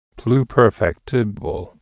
pluperfectible